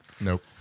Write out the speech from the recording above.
Nope